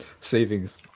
savings